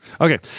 Okay